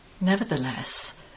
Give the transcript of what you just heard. Nevertheless